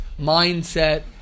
mindset